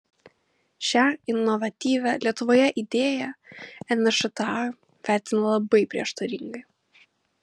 šią inovatyvią lietuvoje idėją nšta vertina labai prieštaringai